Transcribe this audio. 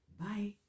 Bye